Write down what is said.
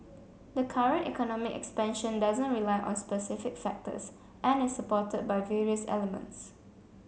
the current economic expansion doesn't rely on specific factors and is supported by various elements